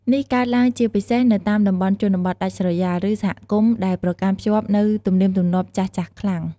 នេះកើតឡើងជាពិសេសនៅតាមតំបន់ជនបទដាច់ស្រយាល ឬសហគមន៍ដែលប្រកាន់ខ្ជាប់នូវទំនៀមទម្លាប់ចាស់ៗខ្លាំង។